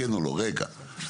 עכשיו רגע,